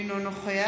אינו נוכח